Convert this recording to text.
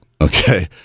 Okay